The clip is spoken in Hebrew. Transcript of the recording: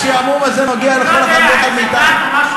השעמום הזה נוגע לכל אחד ואחד מאתנו.